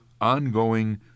ongoing